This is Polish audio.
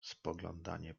spoglądanie